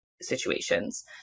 situations